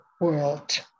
world